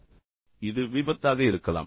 எனவே இது ஒரு பயங்கரமான விபத்தாக இருக்கலாம்